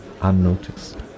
unnoticed